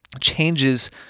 changes